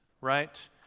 right